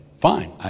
fine